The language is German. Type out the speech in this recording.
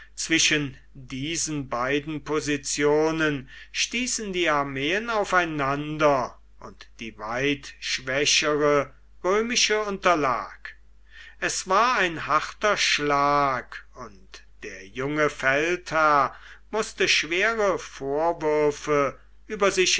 zwischen diesen beiden positionen stießen die armeen aufeinander und die weit schwächere römische unterlag es war ein harter schlag und der junge feldherr mußte schwere vorwürfe über sich